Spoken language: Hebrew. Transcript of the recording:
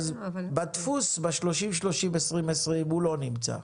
בדפוס, ב-30-30 ו-20-20 הוא לא נמצא.